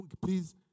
Please